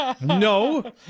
No